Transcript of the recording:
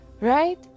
Right